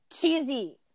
cheesy